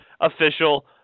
official